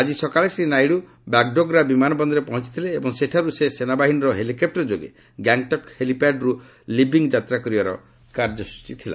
ଆଜି ସକାଳେ ଶ୍ରୀ ନାଇଡୁ ବାଗ୍ଡୋଗ୍ରା ବିମାନ ବନ୍ଦରରେ ପହଞ୍ଚଥିଲେ ଏବଂ ସେଠାରୁ ସେ ସେନାବାହିନୀର ହେଲିକପୁର ଯୋଗେ ଗ୍ୟାଙ୍ଗ୍ଟକ୍ ହେଲିପ୍ୟାଡ୍ରୁ ଲିବିଂ ଯାତ୍ରା କରିବାର କାର୍ଯ୍ରସ୍ଟଚୀ ଥିଲା